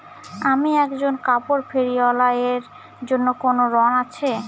আমি একজন কাপড় ফেরীওয়ালা এর জন্য কোনো ঋণ আছে?